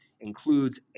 includes